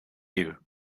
you